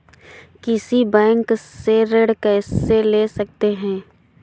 किसी बैंक से ऋण कैसे ले सकते हैं?